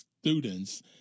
students